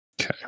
Okay